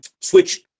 switch